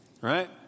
right